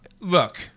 Look